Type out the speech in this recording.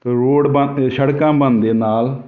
road ਬਣਨ ਸੜਕਾਂ ਬਣਨ ਦੇ ਨਾਲ